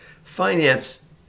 Finance